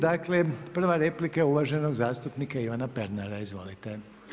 Dakle, prva replika je uvaženog zastupnika Ivana Pernara, izvolite.